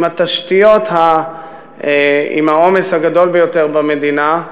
עם התשתיות עם העומס הגדול ביותר במדינה,